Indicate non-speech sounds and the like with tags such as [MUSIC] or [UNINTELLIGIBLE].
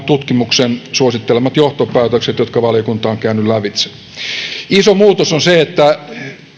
[UNINTELLIGIBLE] tutkimuksen suosittelemat johtopäätökset jotka valiokunta on käynyt lävitse iso muutos on se että